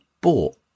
bought